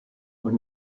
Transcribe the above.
und